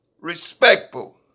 respectful